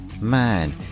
Man